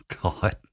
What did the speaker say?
God